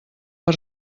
per